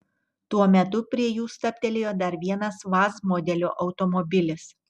tuo metu prie jų stabtelėjo dar vienas vaz modelio automobilis